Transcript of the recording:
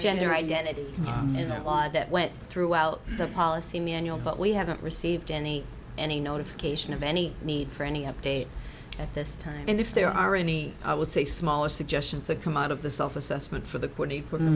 gender identity law that went throughout the policy manual but we haven't received any any notification of any need for any update at this time and if there are any i would say smaller suggestions that come out of the self assessment for the